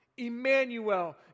Emmanuel